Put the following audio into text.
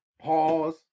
Pause